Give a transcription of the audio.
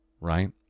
right